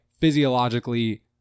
physiologically